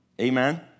amen